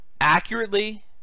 accurately